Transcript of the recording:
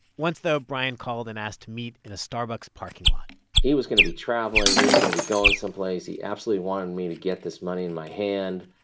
once, though, bryan called and asked to meet in a starbucks parking lot he was going to be traveling. he was going to be going someplace. he absolutely wanted me to get this money in my hand.